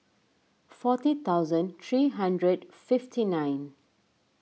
forty thousand three hundred fifty nine